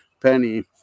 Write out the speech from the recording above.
penny